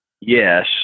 yes